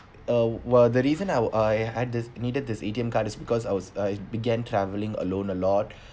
uh while the reason I were I had this needed this A_T_M card is because I was uh began traveling alone a lot